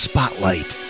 Spotlight